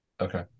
Okay